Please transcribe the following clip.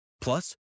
Plus